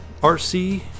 rc